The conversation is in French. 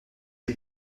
est